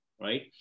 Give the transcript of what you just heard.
right